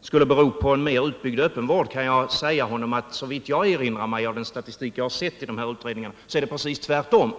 skulle bero på att vi i Sverige har en mer utbyggd öppenvård än andra länder kan jag säga, att såvitt jag erinrar mig av den statistik jag har läst i utredningarna är det precis tvärtom.